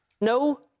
No